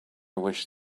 wish